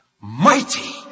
mighty